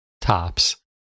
tops